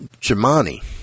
Jemani